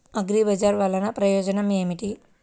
అగ్రిబజార్ వల్లన ప్రయోజనం ఏమిటీ?